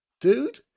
Dude